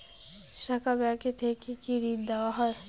শাখা ব্যাংক থেকে কি ঋণ দেওয়া হয়?